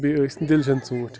بیٚیہِ ٲسۍ نہٕ ڈِلشَن ژوٗنٛٹھۍ